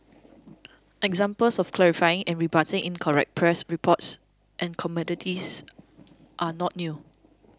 examples of clarifying and rebutting incorrect press reports and commentates are not new